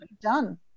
done